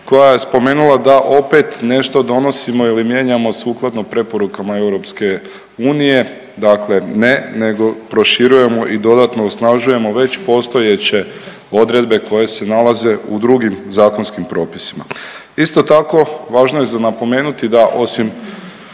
koja je spomenula da opet nešto donosimo ili mijenjamo sukladno preporukama EU, dakle ne, nego proširujemo i dodatno osnažujemo već postojeće odredbe koje se nalaze u drugim zakonskim propisima. Isto tako važno je za napomenuti da osim